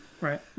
Right